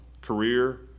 career